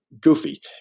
goofy